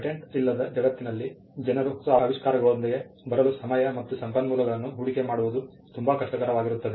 patent ಇಲ್ಲದ ಜಗತ್ತಿನಲ್ಲಿ ಜನರು ಹೊಸ ಆವಿಷ್ಕಾರಗಳೊಂದಿಗೆ ಬರಲು ಸಮಯ ಮತ್ತು ಸಂಪನ್ಮೂಲಗಳನ್ನು ಹೂಡಿಕೆ ಮಾಡುವುದು ತುಂಬಾ ಕಷ್ಟಕರವಾಗಿರುತ್ತದೆ